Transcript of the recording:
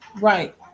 right